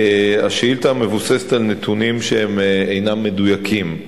השאילתא מבוססת על נתונים שאינם מדויקים,